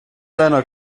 deiner